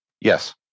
Yes